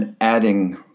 adding